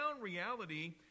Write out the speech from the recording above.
reality